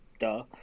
duh